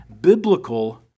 Biblical